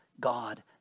God